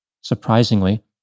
Surprisingly